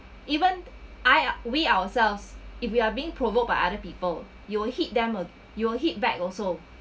even I we ourselves if we are being provoked by other people you hit them uh you will hit back also